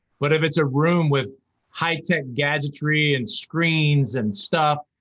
but if it's a room with high-tech gadgetry and screens and stuff,